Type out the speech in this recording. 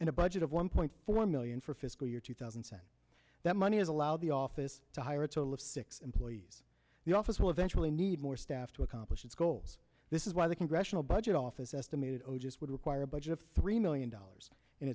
and a budget of one point four million for fiscal year two thousand said that money has allowed the office to hire a total of six employees the office will eventually need more staff to accomplish its goals this is why the congressional budget office estimated o g s would require a budget of three million dollars